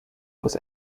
was